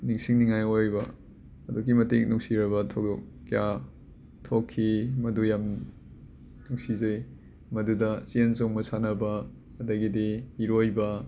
ꯅꯤꯡꯁꯤꯡ ꯅꯤꯡꯉꯥꯏ ꯑꯣꯏꯕ ꯑꯗꯨꯛꯀꯤ ꯃꯇꯤꯛ ꯅꯨꯡꯁꯤꯔꯕ ꯊꯧꯗꯣꯛ ꯀꯌꯥ ꯊꯣꯛꯈꯤ ꯃꯗꯨ ꯌꯥꯝ ꯅꯨꯡꯁꯤꯖꯩ ꯃꯗꯨꯗ ꯆꯦꯟ ꯆꯣꯡꯕ ꯁꯥꯟꯅꯕ ꯑꯗꯒꯤꯗꯤ ꯏꯔꯣꯏꯕ